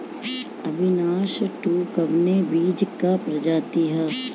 अविनाश टू कवने बीज क प्रजाति ह?